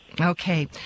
Okay